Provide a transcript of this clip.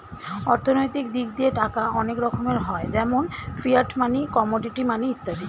অর্থনৈতিক দিক দিয়ে টাকা অনেক রকমের হয় যেমন ফিয়াট মানি, কমোডিটি মানি ইত্যাদি